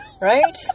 Right